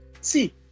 see